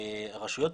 הרשויות,